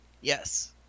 Yes